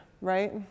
right